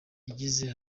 yagize